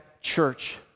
church